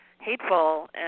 hateful